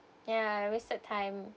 ya wasted time